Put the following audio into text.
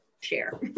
share